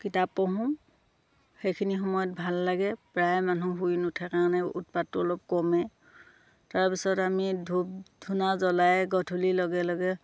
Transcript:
কিতাপ পঢ়োঁ সেইখিনি সময়ত ভাল লাগে প্ৰায় মানুহ শুই নুঠে কাৰণে উৎপাতটো অলপ কমে তাৰপিছত আমি ধূপ ধূনা জ্বলাই গধূলিৰ লগে লগে